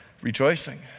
rejoicing